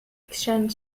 exchanged